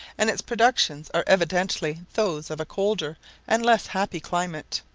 and its productions are evidently those of a colder and less happy climate.